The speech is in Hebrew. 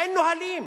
אין נהלים.